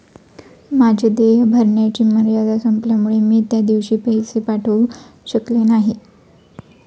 माझे देय भरण्याची मर्यादा संपल्यामुळे मी त्या दिवशी पैसे पाठवू शकले नाही